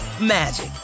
magic